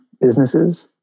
businesses